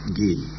gain